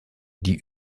die